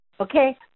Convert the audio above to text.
Okay